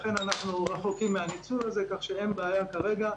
לכן אנחנו רחוקים מהניצול הזה, כך שאין בעיה כרגע,